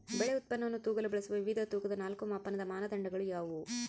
ಬೆಳೆ ಉತ್ಪನ್ನವನ್ನು ತೂಗಲು ಬಳಸುವ ವಿವಿಧ ತೂಕದ ನಾಲ್ಕು ಮಾಪನದ ಮಾನದಂಡಗಳು ಯಾವುವು?